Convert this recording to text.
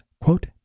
quote